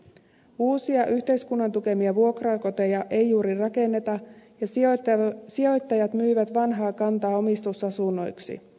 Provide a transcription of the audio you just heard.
uusia yhteiskunnan tukemia vuokrakoteja ei juuri rakennetta ja sijoittajat myyvät vanhaa kantaa omistusasunnoiksi